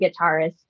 guitarist